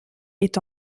est